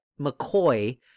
McCoy